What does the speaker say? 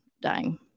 dying